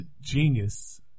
genius